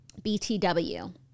BTW